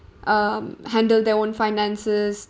um handle their own finances